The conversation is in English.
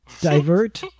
Divert